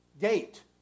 gate